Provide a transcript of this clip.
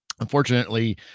unfortunately